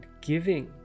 giving